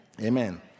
Amen